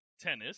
tennis